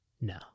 No